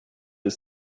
ist